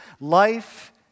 Life